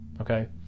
Okay